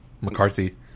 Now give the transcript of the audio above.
McCarthy